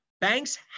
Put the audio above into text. Banks